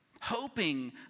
Hoping